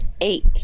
eight